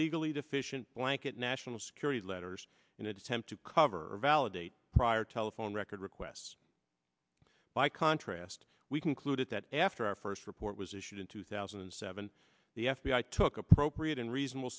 legally deficient blanket national security letters in attempt to cover validate prior telephone record requests by contrast we concluded that after our first report was issued in two thousand and seven the f b i took appropriate and reasonable